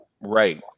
Right